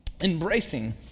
embracing